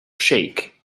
shake